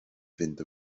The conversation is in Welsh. fynd